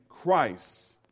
Christ